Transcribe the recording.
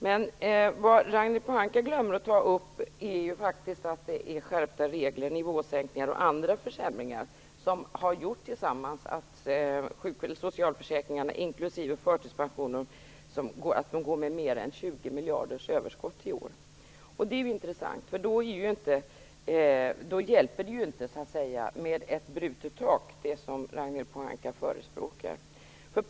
Men vad Ragnhild Pohanka glömmer att ta upp är att det är skärpta regler, nivåsänkningar och andra försämringar som tillsammans har gjort att socialförsäkringarna inklusive förtidspensionen går med mer än 20 miljarder i överskott i år. Det är intressant. Då hjälper det ju inte med ett brutet tak, som Ragnhild Pohanka förespråkar.